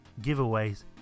giveaways